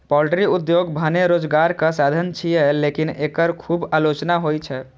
poultry उद्योग भने रोजगारक साधन छियै, लेकिन एकर खूब आलोचना होइ छै